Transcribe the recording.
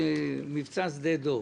מבצע שדה דב,